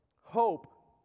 Hope